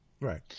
Right